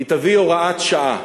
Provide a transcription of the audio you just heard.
היא תביא הוראת שעה